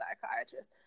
psychiatrist